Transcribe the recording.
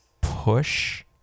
push